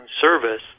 service